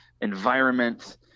environment